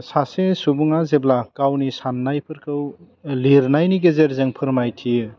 सासे सुबुङा जेब्ला गावनि सान्नायफोरखौ लिरनायनि गेजेरजों फोरमायथियो